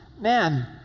man